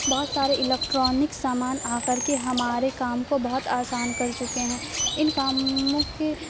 بہت سارے الیکٹرانک سامان آ کر کے ہمارے کام کو بہت آسان کر چکے ہیں ان کاموں کے